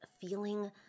feeling